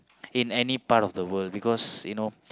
in any part of the world because you know